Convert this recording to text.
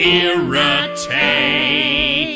irritate